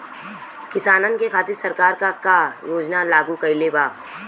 किसानन के खातिर सरकार का का योजना लागू कईले बा?